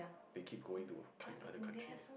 they keep going to oth~ other countries